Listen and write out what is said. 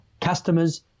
customers